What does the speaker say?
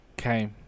Okay